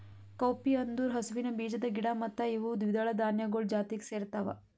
cowpea ಅಂದುರ್ ಹಸುವಿನ ಬೀಜದ ಗಿಡ ಮತ್ತ ಇವು ದ್ವಿದಳ ಧಾನ್ಯಗೊಳ್ ಜಾತಿಗ್ ಸೇರ್ತಾವ